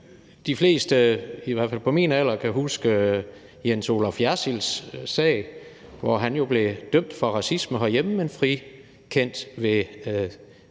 de fleste, i hvert fald på min alder, kan huske Jens Olaf Jersilds sag, hvor han jo blev dømt for racisme herhjemme, men frikendt ved